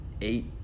eight